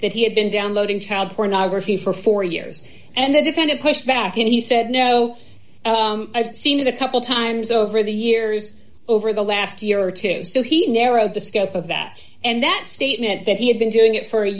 that he had been downloading child pornography for four years and the defendant pushed back and he said no i've seen the couple times over the years over the last year or two so he narrowed the scope of that and that statement that he had been doing it for a